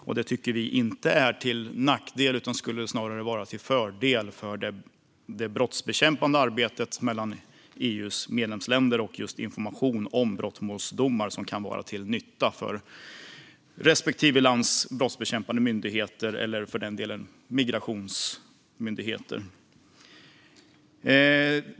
Vi tycker inte att det skulle vara en nackdel utan snarare en fördel för det brottsbekämpande samarbetet mellan EU:s medlemsländer om just information om brottmålsdomar kan vara till nytta för respektive lands brottsbekämpande myndigheter eller för den delen migrationsmyndighet.